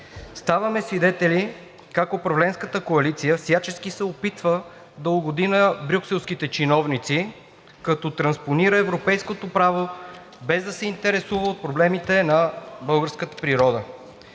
Ставаме свидетели как управленската коалиция всячески се опитва да угоди на брюкселските чиновници, като транспонира европейското право, без да се интересува от проблемите на българската природа.